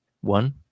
One